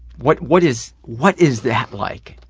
what what is what is that like?